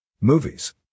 Movies